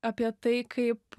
apie tai kaip